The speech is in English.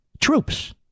troops